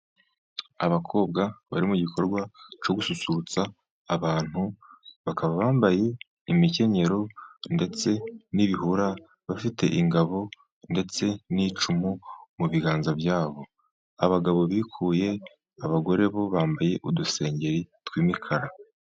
Abakobwa bari mu gikorwa cyo gususurutsa abantu, bakaba bambaye imikenyero, ndetse n'ibihora. Bafite ingabo, ndetse n'icumu mu biganza byabo. Abagabo bikuye, abagore bo bambaye udusengeri tw'imikara.